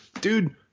Dude